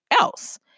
else